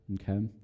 Okay